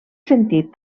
sentit